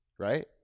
Right